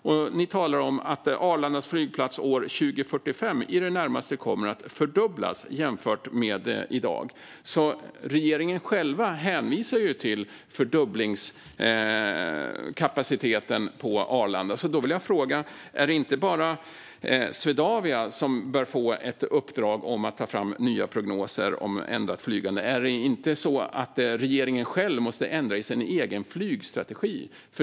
Ni talar om att antalet passagerare vid Arlanda flygplats 2045 i det närmaste kommer att fördubblas jämfört med i dag. Regeringen själv hänvisar alltså till fördubblingskapaciteten på Arlanda. Då vill jag fråga: Är det bara Swedavia som bör få ett uppdrag om att ta fram nya prognoser om ändrat flygande? Måste inte regeringen själv ändra i sin egen flygstrategi?